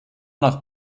nach